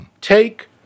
Take